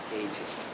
aging